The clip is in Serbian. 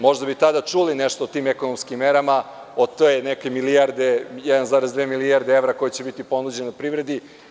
Možda bi tada čuli nešto o tim ekonomskim merama, o te 1,2 milijarde evra koje će biti ponuđene privredi.